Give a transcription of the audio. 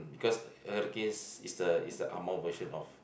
because hurricanes is the is the Angmoh version of